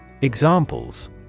Examples